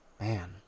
Man